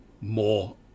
more